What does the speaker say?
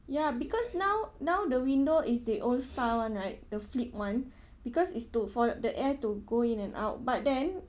ya because now now the window is the old style one right the flip one because is to for the air to go in and out but then